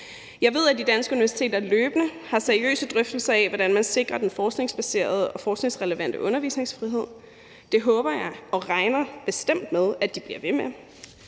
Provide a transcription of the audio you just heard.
Jeg ved, at de danske universiteter løbende har seriøse drøftelser af, hvordan man sikrer den forskningsbaserede og forskningsrelevante undervisningsfrihed. Det håber jeg og regner jeg bestemt med at de bliver ved med.